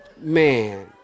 Man